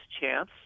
chance